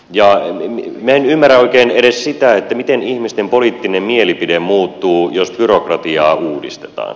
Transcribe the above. minä en ymmärrä oikein edes sitä miten ihmisten poliittinen mielipide muuttuu jos byrokratiaa uudistetaan